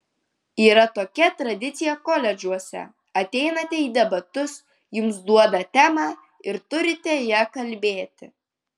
yra tokia tradicija koledžuose ateinate į debatus jums duoda temą ir turite ja kalbėti